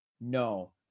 no